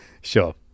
Sure